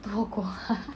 多过